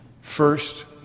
first